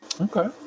Okay